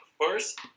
first